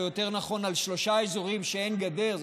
או יותר נכון על שלושה אזורים שאין בהם גדר.